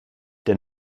der